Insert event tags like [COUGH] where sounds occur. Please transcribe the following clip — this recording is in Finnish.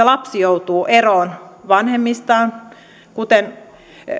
[UNINTELLIGIBLE] lapsi joutuu eroon vanhemmistaan kuten